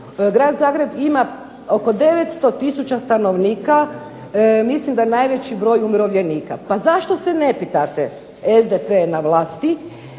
Grad Zagreb ima oko 900 tisuća stanovnika, mislim da najveći broj umirovljenika. Pa zašto se ne pitate SDP je na vlasti